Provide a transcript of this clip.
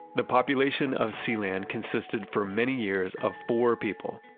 the population of sealand consisted for many years of four people.